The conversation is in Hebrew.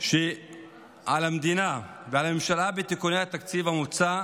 שעל המדינה ועל הממשלה, בתיקוני התקציב המוצע,